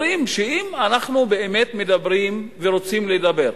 אומרים שאם אנחנו באמת מדברים, ורוצים לדבר,